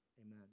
Amen